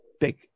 big